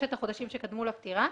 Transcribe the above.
בששת החודשים שקדמו לפטירה.